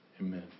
amen